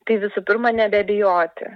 tai visų pirma nebebijoti